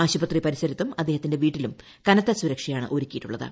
ആശുപത്രി പരിസരത്തും അദ്ദേഹത്തിന്റെ വീട്ടിലും കനത്ത സുരക്ഷയാണ് ഒരുക്കിയിട്ടുള്ളത്